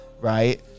right